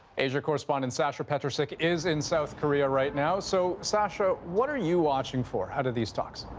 asia correspondent sasa petricic is in south korea right now, so, sasa, what are you watching for out of these talks?